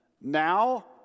now